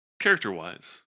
Character-wise